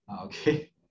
okay